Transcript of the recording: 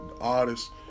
Artists